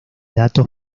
datos